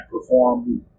perform